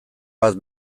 bat